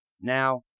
Now